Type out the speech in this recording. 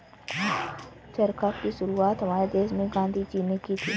चरखा की शुरुआत हमारे देश में गांधी जी ने की थी